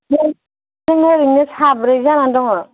जों ओरैनो साब्रै जानानै दङ